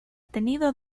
tenido